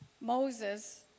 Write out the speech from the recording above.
Moses